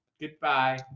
Goodbye